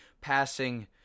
passing